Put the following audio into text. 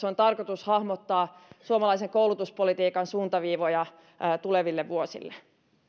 on tarkoitus hahmottaa suomalaisen koulutuspolitiikan suuntaviivoja tuleville vuosille